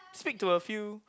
speak to a few